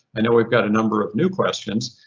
i know we've got a number of new questions.